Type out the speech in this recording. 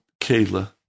Kayla